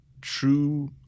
true